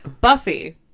Buffy